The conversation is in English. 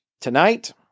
Tonight